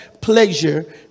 pleasure